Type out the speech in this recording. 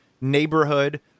neighborhood